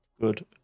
Good